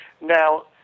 Now